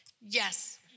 Yes